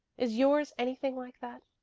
is yours anything like that?